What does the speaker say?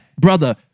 brother